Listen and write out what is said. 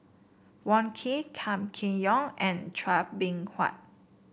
Wong Keen Kam Kee Yong and Chua Beng Huat